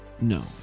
no